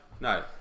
No